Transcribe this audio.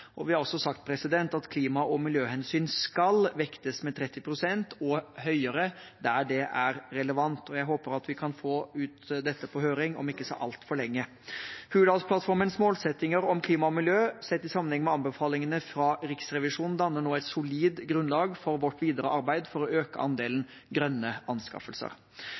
og vi har også sagt at klima- og miljøhensyn skal vektes med 30 pst. og høyere der det er relevant. Jeg håper at vi kan få dette ut på høring om ikke så altfor lenge. Hurdalsplattformens målsettinger om klima- og miljø sett i sammenheng med anbefalingene fra Riksrevisjonen danner nå et solid grunnlag for vårt videre arbeid for å øke andelen grønne anskaffelser.